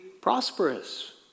prosperous